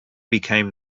became